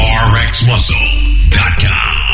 rxmuscle.com